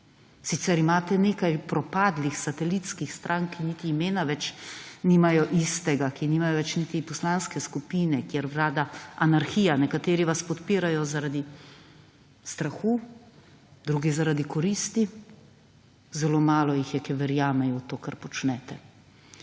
Sicer imate nekaj propadlih satelitskih strank, ki niti imena več nimajo istega, ki nimajo več niti poslanske skupine kjer Vlada anarhija, nekateri vas podpirajo zaradi strahu, drugi zaradi koristi, zelo malo jih je, ki verjamejo v to kar počnete.